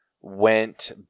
went